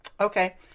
Okay